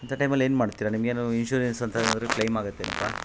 ಅಂಥ ಟೈಮಲ್ಲಿ ಏನುಮಾಡ್ತೀರಾ ನಿಮಗೇನು ಇನ್ಶೂರೆನ್ಸ್ ಅಂತ ಏನಾದರು ಕ್ಲೈಮ್ ಆಗುತ್ತೇನಪ್ಪ